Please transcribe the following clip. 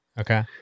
okay